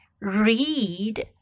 read